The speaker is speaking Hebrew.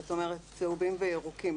זאת אומרת צהובים וירוקים,